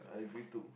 I agree too